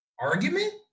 argument